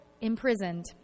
imprisoned